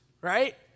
right